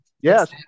Yes